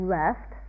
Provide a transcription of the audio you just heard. left